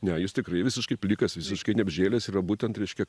ne jis tikrai visiškai plikas visiškai neapžėlęs yra būtent reiškia